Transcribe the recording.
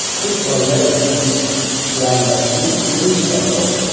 first of all, he never thinks beyond the next new news cycle,